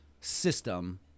system